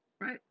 Right